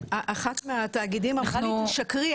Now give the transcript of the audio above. אחד מהתאגידים אמרה לי תשקרי,